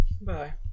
Bye